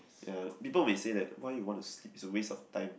people may say that why you want to sleep it's a waste of time